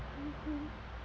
mmhmm